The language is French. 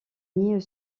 nid